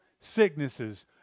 sicknesses